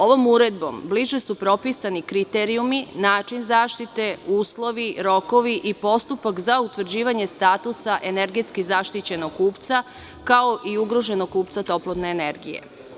Ovom uredbom bliže su propisani kriterijumi, način zaštite, uslovi rokovi i postupak za utvrđivanje statusa energetski zaštićenog kupca, kao i ugroženog kupca toplotne energije.